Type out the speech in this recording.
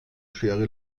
schere